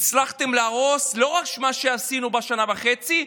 הצלחתם להרוס לא רק את מה שעשינו בשנה וחצי,